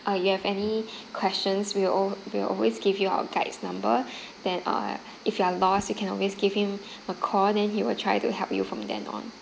uh you have any questions we will al~ we will always give you our guide's number then uh if you are lost you can always give him a call then he will try to help you from then on